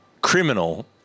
criminal –